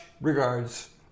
regards